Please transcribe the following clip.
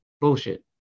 Bullshit